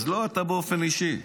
לא אתה באופן אישי,